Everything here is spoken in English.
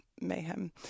mayhem